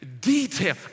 detail